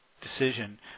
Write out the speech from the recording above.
Decision